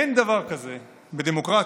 אין דבר כזה בדמוקרטיה